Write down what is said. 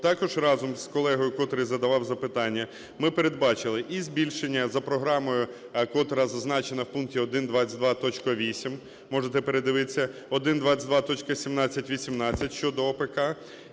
також разом з колегою, котрий задавав запитання, ми передбачили і збільшення за програмою, котра зазначена в пункті 122.8, можете передивитися, 122.17.18 щодо АПК.